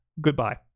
Goodbye